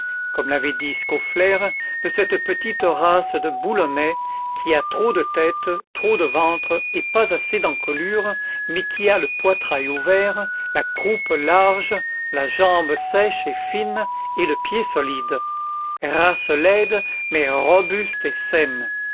comme l'avait dit scaufflaire de cette petite race du boulonnais qui a trop de tête trop de ventre et pas assez d'encolure mais qui a le poitrail ouvert la croupe large la jambe sèche et fine et le pied solide race laide mais robuste et saine